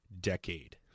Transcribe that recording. decade